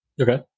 Okay